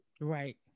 right